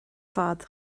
fad